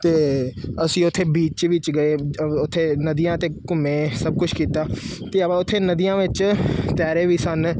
ਅਤੇ ਅਸੀਂ ਉੱਥੇ ਬੀਚ ਵਿੱਚ ਗਏ ਅ ਉੱਥੇ ਨਦੀਆਂ 'ਤੇ ਘੁੰਮੇ ਸਭ ਕੁਛ ਕੀਤਾ ਅਤੇ ਆਪਾਂ ਉੱਥੇ ਨਦੀਆਂ ਵਿੱਚ ਤੈਰੇ ਵੀ ਸਨ